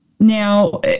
Now